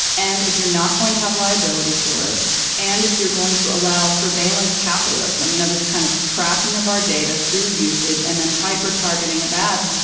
and if you're not going to have liability for it and if you're going to allow surveillance capitalism you know this kind of tracking of our data through usage and then hyper targeting of ads.